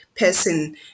person